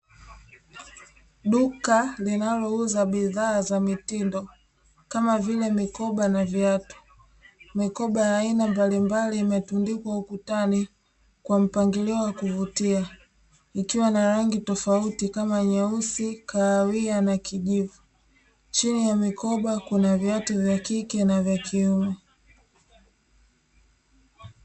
Duka linalouza bidhaa za mitindo kama vile mikoba na viatu. Mikoba ya aina mbalimbali imetundikwa ukutani kwa mpangilio wa kuvutia ikiwa na rangi tofauti kama nyeusi, kahawia na kijivu chini ya mikoba kuna viatu vya kike na vya kiume.